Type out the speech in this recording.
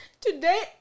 Today